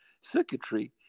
circuitry